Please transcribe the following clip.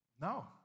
no